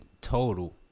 total